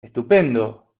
estupendo